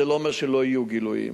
זה לא אומר שלא יהיו גילויים.